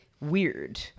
weird